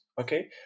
Okay